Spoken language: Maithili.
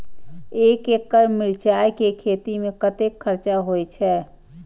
एक एकड़ मिरचाय के खेती में कतेक खर्च होय छै?